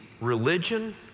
religion